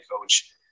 coach